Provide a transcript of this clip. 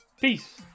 Peace